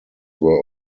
were